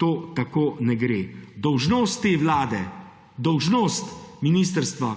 To tako ne ge. Dolžnost te vlade, dolžnost Ministrstva